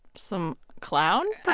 some clown but